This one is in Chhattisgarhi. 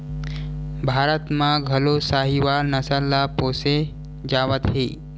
भारत म घलो साहीवाल नसल ल पोसे जावत हे